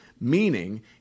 meaning